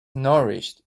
nourished